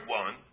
one